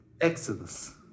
exodus